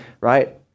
right